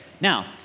Now